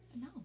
No